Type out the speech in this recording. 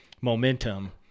momentum